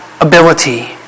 ability